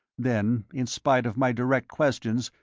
then, in spite of my direct questions,